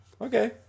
Okay